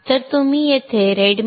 तर तुम्ही येथे readme